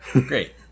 Great